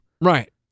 Right